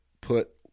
put